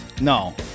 No